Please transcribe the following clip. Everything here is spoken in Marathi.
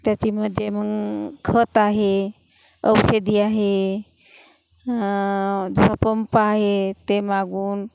त्याची म्हणजे मग खत आहे औषधी आहे जो पंप आहे ते मागून